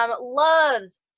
loves